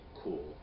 cool